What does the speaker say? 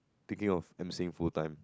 thinking of emceeing full time